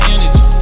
Energy